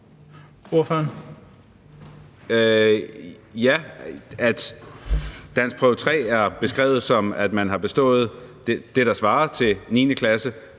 Ja, danskprøve 3 er beskrevet, som at man har bestået det, der svarer til danskfagene